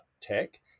tech